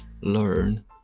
learn